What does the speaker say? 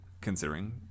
considering